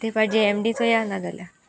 तेपाटी जे M D चोया नाजाल्या